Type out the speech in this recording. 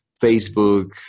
Facebook